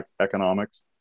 economics